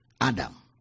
Adam